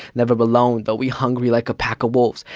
never but alone, though we hungry like a pack of wolves,